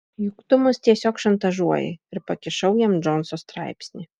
juk tu mus tiesiog šantažuoji ir pakišau jam džonso straipsnį